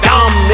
Dumb